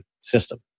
system